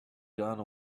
gone